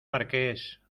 marqués